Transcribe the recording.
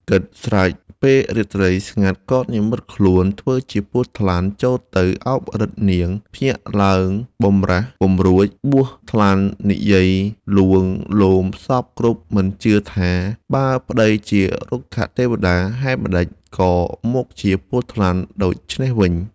គិតស្រេចពេលរាត្រីស្ងាត់ក៏និម្មិតខ្លួនធ្វើជាពស់ថ្លាន់ចូលទៅ អោបរឹតនាង! ភ្ញាក់ឡើងបំរះពុំរួចបួសថ្លាន់និយាយលួង លោមសព្វគ្រប់មិនជឿថា បើប្ដីជារុក្ខទេវតា ហេតុម្ដេចក៏មកជាពស់ថ្លាន់ដូច្នេះវិញ។